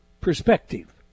perspective